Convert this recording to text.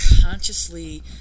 consciously